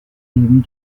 aimer